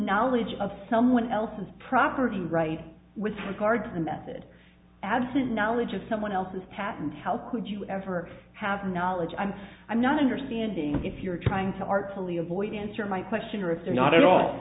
knowledge of someone else's property rights with regard to the method absolute knowledge of someone else's patent how could you ever have knowledge i'm i'm not understanding if you're trying to artfully avoid answering my question or if they're not at all